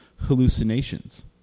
hallucinations